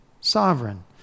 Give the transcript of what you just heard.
sovereign